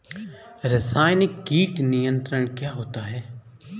रसायनिक कीट नियंत्रण क्या होता है?